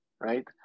right